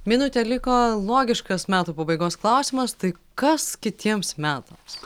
minutė liko logiškas metų pabaigos klausimas tai kas kitiems metams